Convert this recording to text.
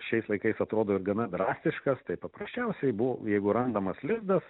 šiais laikais atrodo ir gana drastiškas tai paprasčiausiai buvo jeigu randamas lizdas